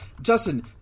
Justin